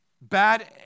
bad